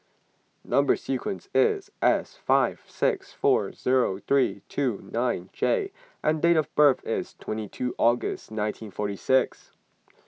Number Sequence is S five six four zero three two nine J and date of birth is twenty two August nineteen forty six